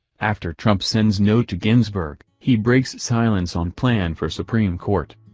after trump sends note to ginsburg, he breaks silence on plan for supreme court.